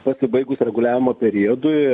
pasibaigus reguliavimo periodui